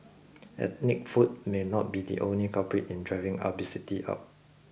ethnic food may not be the only culprit in driving obesity up